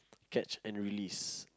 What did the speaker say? catch and release